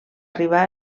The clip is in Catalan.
arribar